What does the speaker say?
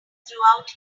throughout